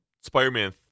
Spider-Man